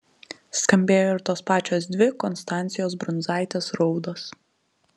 skambėjo ir tos pačios dvi konstancijos brundzaitės raudos